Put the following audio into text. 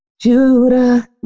Judah